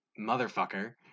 motherfucker